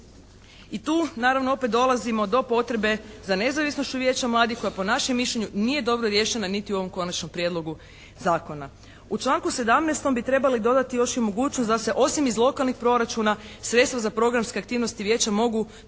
I tu naravno opet dolazimo do potrebe za nezavisnošću Vijeća mladih koje po našem mišljenju nije dobro riješeno niti u ovom Konačnom prijedlogu zakona. U članku 17. bi trebali dodati i još mogućnost da se osim iz lokalnih proračuna sredstva za programske aktivnosti Vijeća mogu biti